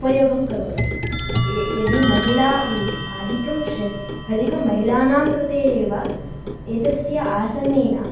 उपयोगं करोति ए यदि महिलाः अधिकं श् अधिकं महिलानां कृते एव एतस्य आसनेन